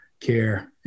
care